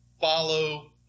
follow